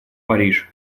париж